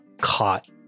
caught